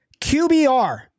QBR